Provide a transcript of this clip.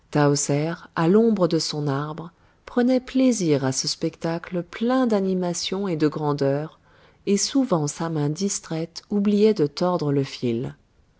à l'ombre de son arbre prenait plaisir à ce spectacle plein d'animation et de grandeur et souvent sa main distraite oubliait de tordre le fil